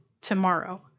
tomorrow